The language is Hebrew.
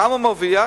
כמה הוא מרוויח?